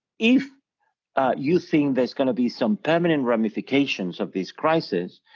if you think there's gonna be some permanent ramifications of this crisis,